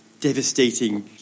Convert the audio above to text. devastating